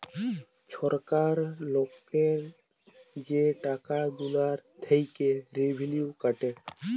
ছরকার লকের যে টাকা গুলা থ্যাইকে রেভিলিউ কাটে